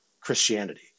Christianity